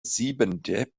siebente